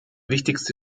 wichtigste